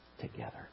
together